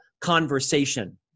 conversation